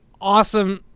awesome